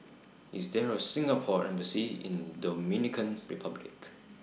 IS There A Singapore Embassy in Dominican Republic